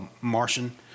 Martian